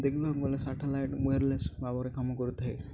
ଦେଖିବାକୁ ଗଲେ satellite wireless ଭାବରେ କାମ କରିଥାଏ